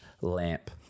lamp